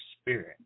spirit